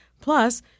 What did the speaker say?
Plus